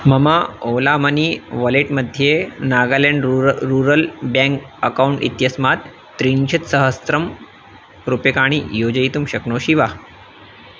मम Ola money wallet मध्ये नागालेण्ड् रूर रूरल् बेङ्क् अकौण्ट् इत्यस्मात् त्रिंशत्सहस्रं रूप्यकाणि योजयितुं शक्नोषि वा